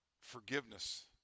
forgiveness